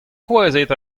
kouezhet